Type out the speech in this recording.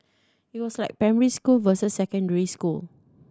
it was like primary school versus secondary school